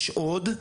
יש עוד,